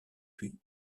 puis